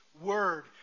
Word